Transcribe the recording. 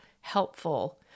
helpful